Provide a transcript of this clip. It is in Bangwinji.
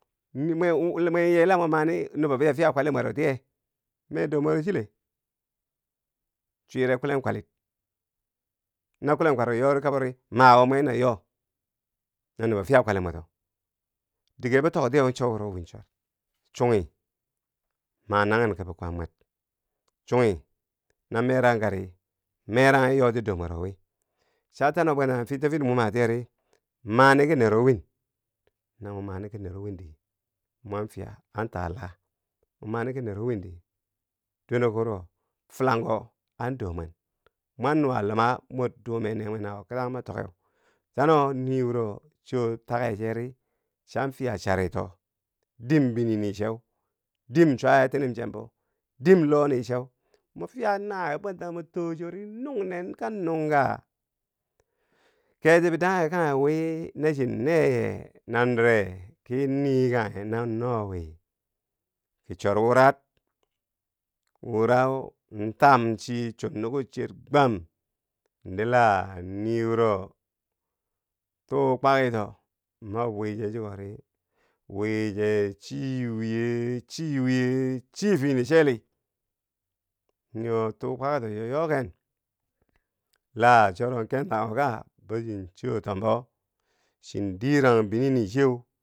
Mi mwe yee mo mani nubo biya fiya kwali mwero tiye, me dor mwero chile, chwirebkulen kwali no kulen kwaliro yori kabori ma wo mwe na yo, na nubo fiya kwali mwe ro, dige bo toktiye cho wuro win chwat chunghi ma nanghen ki bi kwan mwer, chunghi, no merang kari meranghi yoti dor mwero wi cha tano bwen tano futti fut, mo matiye ri, mani ki nero win na mwi mani ki nero wiin di mwa fiya, an ta laa, mo mani ki nero windi dwene ko wuro filangko an do mwen, mwan nuwa luma mor dume nee mwe nawo kichang ma tokkeu cha no, nii wuro choo take cheri cha fiya charito dim binini cheu, diim chwaye tinim chembo, dim lohni cheu. mo fiya nawiye bwen ta mo to- o chori nungnen ka nungka, keti bidanghe kanghe wi na chi neye nandire, kii nii kanghe nan no wi ki chor wurat, wura nin tam chi chungnukud chi gwam, dii la nii wuro tuu kwaki, to mob wiche chikori wiche chi wiye chiwiye chi fini cheli, niiwo tuu kwaki to chwo yoken, la choro kentanghu ka, bo chin choo tombo, chi dirang binini chiyeu.